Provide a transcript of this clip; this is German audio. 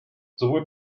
sowohl